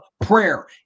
prayer